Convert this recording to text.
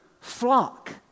flock